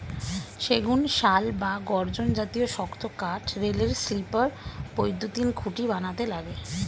সেগুন, শাল বা গর্জন জাতীয় শক্ত কাঠ রেলের স্লিপার, বৈদ্যুতিন খুঁটি বানাতে লাগে